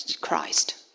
Christ